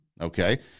Okay